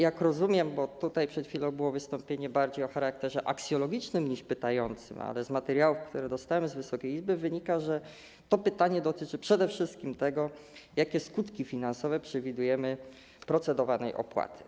Jak rozumiem, bo tutaj przed chwilą było wystąpienie bardziej o charakterze aksjologicznym niż pytającym, z materiałów, które dostałem z Wysokiej Izby wynika, że to pytanie dotyczy przede wszystkim tego, jakie przewidujemy skutki finansowe procedowanej opłaty.